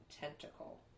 tentacle